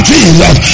Jesus